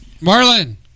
Marlin